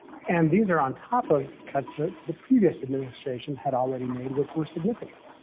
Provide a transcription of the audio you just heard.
and these are on top of cuts that the previous administration had already made, which were significant.